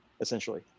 Essentially